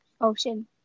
ocean